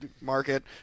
market